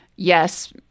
Yes